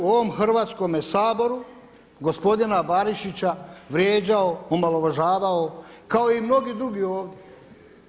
ovom Hrvatskome saboru gospodina Barišića vrijeđao, omalovažavao kao i mnogi drugi ovdje?